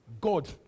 God